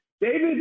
David